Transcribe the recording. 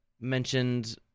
mentioned